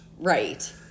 Right